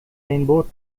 rainbow